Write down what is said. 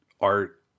art